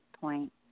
point